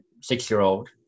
six-year-old